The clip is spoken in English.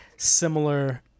similar